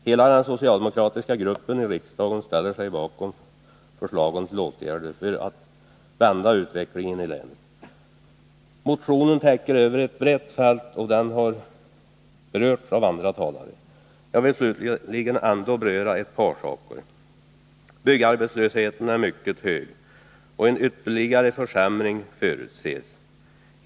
Hela den socialdemokratiska gruppen i riksdagen ställer sig bakom förslagen till åtgärder för att vända utvecklingen i länet. Motionen täcker över ett brett fält. Den har berörts av andra talare, men jag vill ändå kommentera ett par saker. Byggarbetslösheten är mycket hög, och en ytterligare försämring förutses.